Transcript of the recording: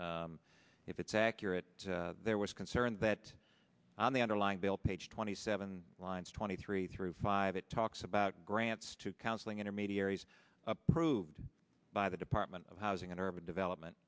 if it's accurate there was concern that on the underlying bill page twenty seven lines twenty three through five it talks about grants to counseling intermediaries approved by the department of housing and urban development